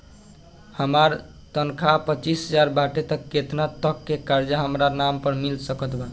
हमार तनख़ाह पच्चिस हज़ार बाटे त केतना तक के कर्जा हमरा नाम पर मिल सकत बा?